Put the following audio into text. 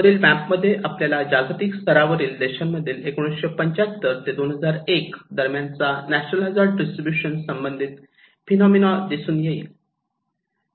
वरील मॅप मध्ये आपल्याला जागतिक स्तरावरील देशांमधील 1975 ते 2001 दरम्यान चा नॅचरल हजार्ड डिस्ट्रीब्यूशन आणि संबंधित फेनोमना दिसून येईल